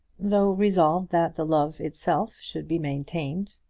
though resolved that the love itself should be maintained.